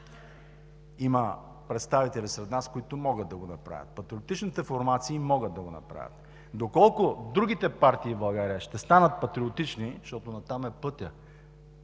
има представители, които могат да го правят. Патриотичните формации могат да го направят. Доколко другите партии в България ще станат патриотични, защото натам е пътят,